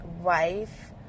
wife